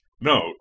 No